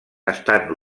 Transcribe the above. estan